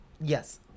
Yes